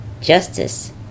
justice